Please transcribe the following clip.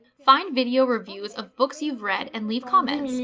find video reviews of books you've read and leave comments.